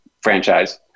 franchise